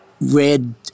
red